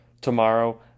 tomorrow